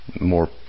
more